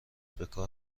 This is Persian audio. بکار